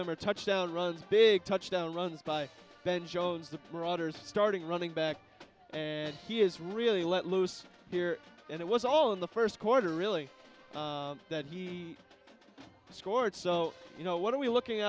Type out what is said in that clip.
them are touchdown runs big touchdown runs by ben jones the poor author's starting running back and he is really let loose here and it was all in the first quarter really that he scored so you know what are we looking